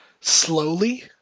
slowly